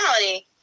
reality